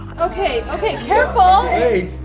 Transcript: okay, okay, careful! hey, you